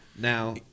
Now